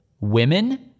women